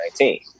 2019